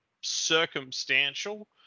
circumstantial